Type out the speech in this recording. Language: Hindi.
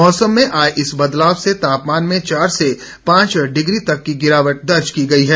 मौसम में आए इस बदलाव से तापमान में चार से पांच डिग्री तक की गिरावट दर्ज की गई है